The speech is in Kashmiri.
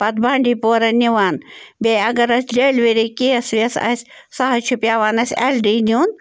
پَتہٕ بانٛڈی پورہ نِوان بیٚیہِ اگر حظ ڈیٚلؤری کیس ویس آسہِ سُہ حظ چھِ پٮ۪وان اَسہِ اٮ۪ل ڈی نیُن